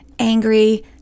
angry